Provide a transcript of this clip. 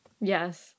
Yes